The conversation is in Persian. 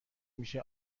میشه